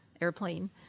airplane